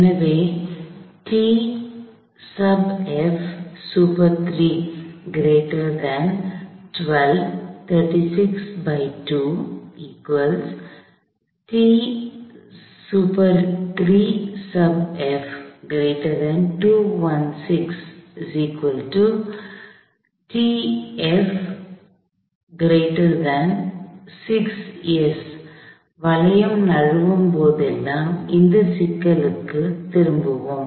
எனவே வளையம் நழுவும்போதெல்லாம் இந்த சிக்கலுக்குத் திரும்புவோம்